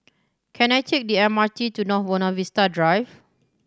can I take the M R T to North Buona Vista Drive